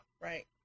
Right